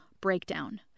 breakdown